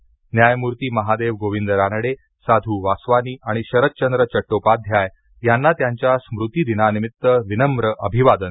न्यायमूर्ती महादेव गोविंद रानडे साधू वासवानी आणि शरतचंद्र चड्टोपाध्याय यांना त्यांच्या स्मृतिदिनानिमित्त विनम्र अभिवादन